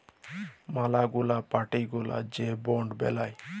ম্যালা গুলা পার্টি গুলা যে বন্ড বেলায়